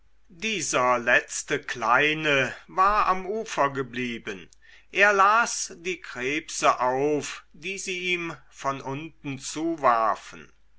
dieser letzte kleine war am ufer geblieben er las die krebse auf die sie ihm von unten zuwarfen